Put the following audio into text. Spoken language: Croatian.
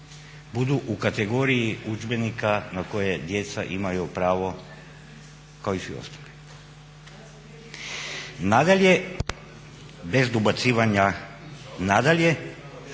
budu u kategoriji udžbenika na koje djeca imaju pravo kao i svi ostali. Nadalje, bez dobacivanja, nadalje